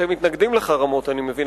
אתם מתנגדים לחרמות, אני מבין.